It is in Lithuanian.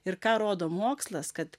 ir ką rodo mokslas kad